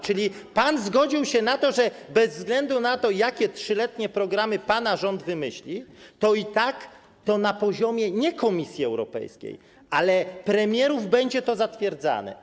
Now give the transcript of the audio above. Czyli pan zgodził się na to, że bez względu na to, jakie 3-letnie programy wymyśli pana rząd, to i tak na poziomie nie Komisji Europejskiej, ale premierów będzie to zatwierdzane.